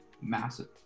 massive